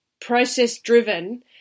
process-driven